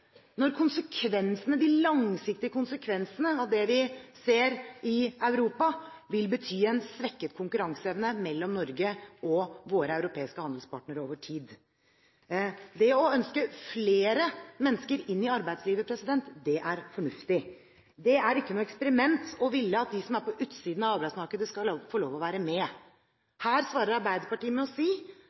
når de langsiktige konsekvensene av det vi ser i Europa, vil bety en svekket konkurranseevne mellom Norge og våre europeiske handelspartnere over tid. Det å ønske flere mennesker inn i arbeidslivet er fornuftig. Det er ikke noe eksperiment å ville at de som er på utsiden av arbeidsmarkedet, skal få lov til å være med. Her svarer Arbeiderpartiet med å si